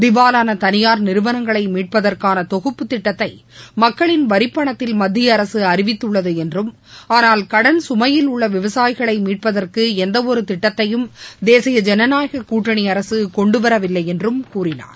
திவாலான தனியார் நிறுவனங்களை மீட்பதற்கான தொகுப்பு திட்டத்தை மக்களின் வரிப்பணத்தில் மத்திய அரசு அறிவித்துள்ளது என்றும் ஆனால் கடன் சுமையில் உள்ள விவசாயிகளை மீட்பதற்கு எந்தவொரு திட்டத்தையும் தேசிய ஜனநாயகக் கூட்டணி அரசு கொண்டுவரவில்லை என்றும் கூறினார்